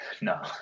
no